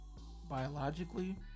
biologically